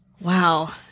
Wow